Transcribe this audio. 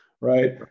right